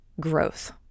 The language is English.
growth